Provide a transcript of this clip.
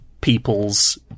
people's